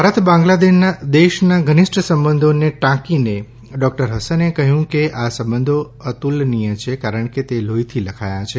ભારત બાંગ્લાદેશના ધનિષ્ઠ સંબંધોને ટાંકીને ડોકટર હસને કહ્યું કે આ સંબંધો અતુલનીય છે કારણ કે તે લોહીથી લખાયા છે